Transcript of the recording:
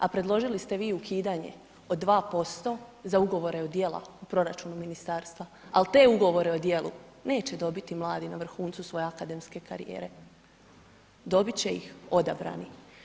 A predložili ste vi i ukidanje od 2% za ugovore od djela u proračunu ministarstva, ali te ugovore o djelu neće dobiti mladi na vrhuncu svoje akademske karijere, dobiti će vam odabrani.